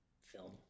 film